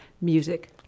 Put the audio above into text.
Music